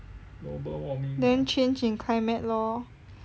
then change in climate lor